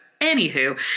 Anywho